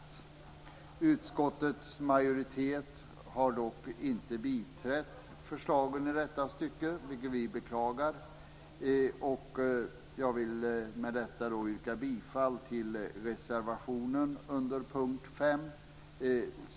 Utskottets majoritet har dock inte biträtt förslagen i detta stycke, vilket vi beklagar. Med detta yrkar jag bifall till reservationen under punkt 5.